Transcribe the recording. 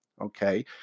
Okay